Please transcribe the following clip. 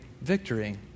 victory